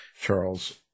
Charles